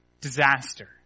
disaster